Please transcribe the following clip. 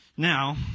Now